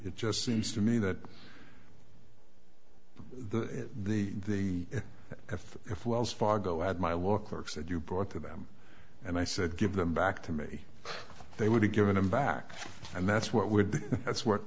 it just seems to me that the the the if if wells fargo had my law clerks that you brought to them and i said give them back to me they would be giving them back and that's what would that's w